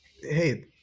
hey